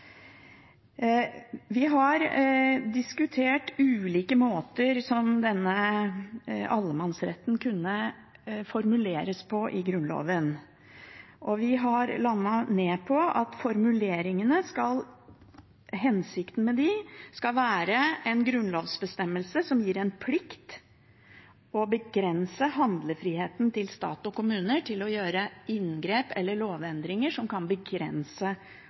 Vi har diskutert ulike måter denne allemannsretten kunne formuleres på i Grunnloven, og vi har landet på at hensikten med formuleringene skal være en grunnlovsbestemmelse som gir en plikt, og som begrenser handlefriheten til stat og kommuner til å gjøre inngrep eller lovendringer som kan begrense